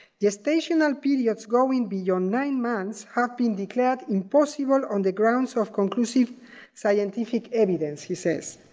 gestational periods going beyond nine months have been declared impossible on the grounds of conclusive scientific evidence, he says.